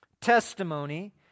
testimony